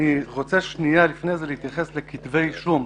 אני רוצה שנייה לפני זה להתייחס לכתבי אישום.